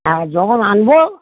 হ্যাঁ যখন আনব